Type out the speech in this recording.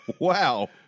Wow